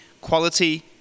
quality